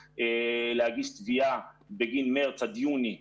אני מסכים אתך אבל זה הוצג כ-100 מיליארד ולכן אני נתפס למספר הזה.